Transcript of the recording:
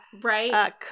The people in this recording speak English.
Right